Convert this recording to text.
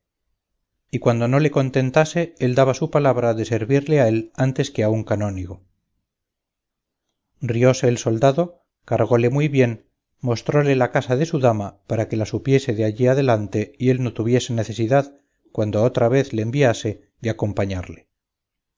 y cuando no le contentase él daba su palabra de servirle a él antes que a un canónigo rióse el soldado cargóle muy bien mostróle la casa de su dama para que la supiese de allí adelante y él no tuviese necesidad cuando otra vez le enviase de acompañarle